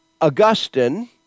Augustine